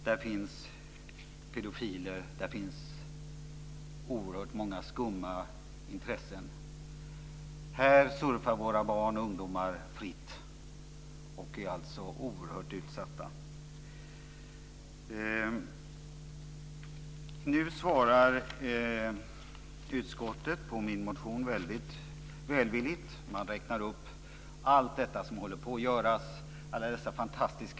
Där finns pedofiler och oerhört många skumma intressen. Här surfar våra barn och ungdomar fritt och är alltså oerhört utsatta. Utskottet svarar väldigt välvilligt på min motion. Man räknar upp alla dessa fantastiska ansatser som håller på att göras.